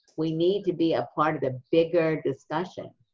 we need to be a part of the bigger discussion,